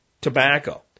tobacco